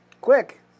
Quick